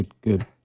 good